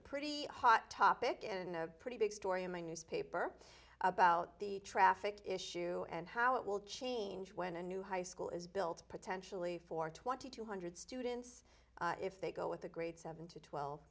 pretty hot topic in a pretty big story in my newspaper about the traffic issue and how it will change when a new high school is built potentially for twenty two hundred students if they go with a grade seven to twelve